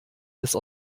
des